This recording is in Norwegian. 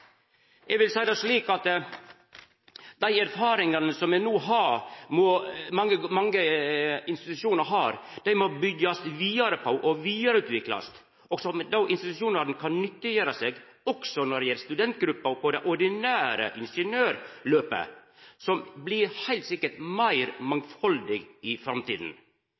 Eg vil seia det slik at dei erfaringane som mange institusjonar har, må byggjast vidare på og vidareutviklast, slik at institusjonane kan gjera seg nytte av dei også når det gjeld studentgrupper på det ordinære ingeniørløpet, som heilt sikkert blir meir mangfaldig i framtida.